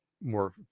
more